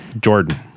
Jordan